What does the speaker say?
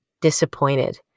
disappointed